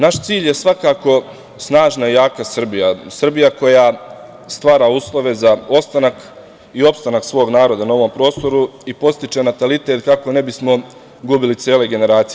Naš cilj je svakako snažna i jaka Srbija, Srbija koja stvara uslove za ostanak i opstanak svog naroda na ovom prostoru i podstiče natalitet kako ne bismo gubili cele generacije.